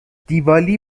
دیوالی